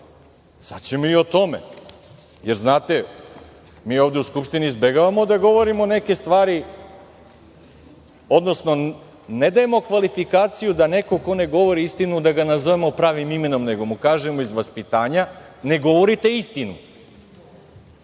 Sad ćemo i o tome. Znate, mi ovde u Skupštini izbegavamo da govorimo neke stvari, odnosno ne dajemo kvalifikaciju da neko ko ne govori istinu, da ga nazovemo pravim imenom, nego mu kažemo iz vaspitanja – ne govorite istinu. Nećemo